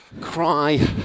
cry